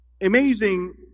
amazing